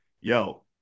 yo